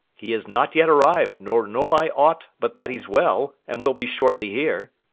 he is not yet arrived nor know i aught but that he's well, and will be shortly here.